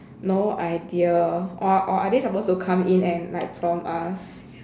no idea or or are they supposed to come in and like prompt us